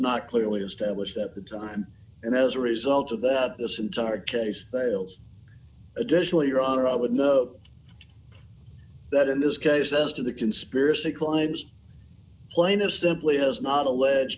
not clearly established at the time and as a result of that this entire case fails additionally your honor i would note that in this case as to the conspiracy climes plaintiff simply has not alleged